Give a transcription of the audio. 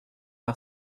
par